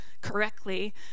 correctly